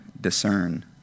discern